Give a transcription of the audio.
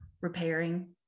repairing